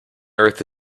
earth